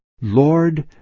Lord